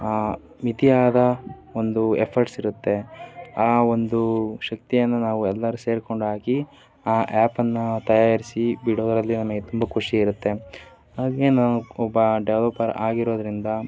ಮಿತಿಯಾದ ಒಂದು ಎಫರ್ಟ್ಸ್ ಇರುತ್ತೆ ಆ ಒಂದು ಶಕ್ತಿಯನ್ನು ನಾವು ಎಲ್ಲರೂ ಸೇರಿಕೊಂಡು ಹಾಕಿ ಆ ಆ್ಯಪನ್ನು ತಯಾರಿಸಿ ಬಿಡುವುದ್ರಲ್ಲಿ ನಮಗೆ ತುಂಬ ಖುಷಿ ಇರುತ್ತೆ ಹಾಗೆ ನಾನು ಒಬ್ಬ ಡೆವಲಪರ್ ಆಗಿರೋದರಿಂದ